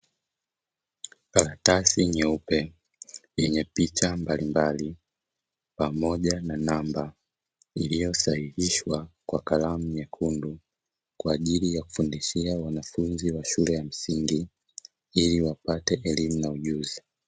Karatasi nyeupe yenye picha mbalimbali pamoja na namba iliyosahihishwa kwa kalamu nyekundu, kwaajili ya kufundishia wanafunzi wa shule ya msingi ili wapate elimu na ujuzi.